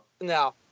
No